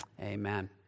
Amen